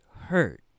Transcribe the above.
hurt